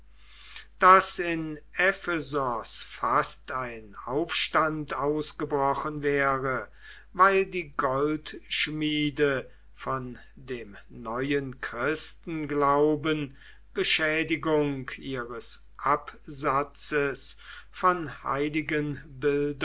daß in ephesos fast ein aufstand ausgebrochen wäre weil die goldschmiede von dem neuen christenglauben beschädigung ihres absatzes von heiligenbildern